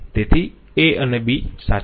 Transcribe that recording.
તેથી a અને b સાચા નથી